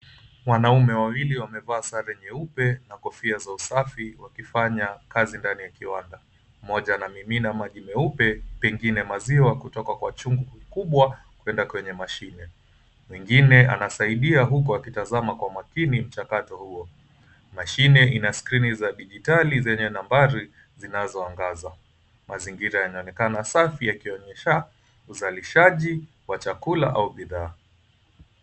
Wanaume wawili wamevaa sare nyeupe na kofia za usafi wakifanya kazi ndani ya kiwanda. Mmoja anamimina maji meupe pengine maziwa kutoka kwa chungu kikubwa kwenda kwenye mashine. Mwingine anasaidia huku akitazama kwa makini mchakato huo, Mashine ina skrini za dijitali zenye nambari zinazoangaza. Mazingira yanaonekana safi yakionyesha uzalishaji wa chakula au bidhaa.